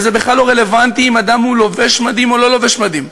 וזה בכלל לא רלוונטי אם האדם לובש מדים או לא לובש מדים.